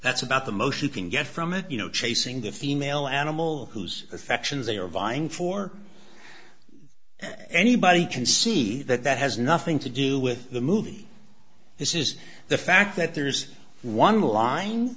that's about the motion can get from it you know chasing the female animal whose affections they are vying for anybody can see that that has nothing to do with the movie this is the fact that there's one line